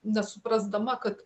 nesuprasdama kad